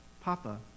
Papa